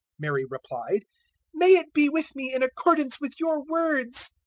mary replied may it be with me in accordance with your words!